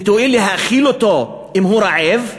ותואיל להאכיל אותו אם הוא רעב.